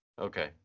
Okay